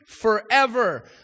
forever